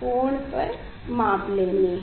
कोण पर माप लेनी है